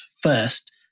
first